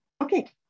Okay